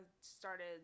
started